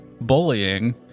bullying